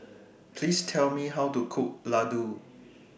Please Tell Me How to Cook Ladoo